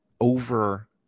over